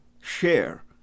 share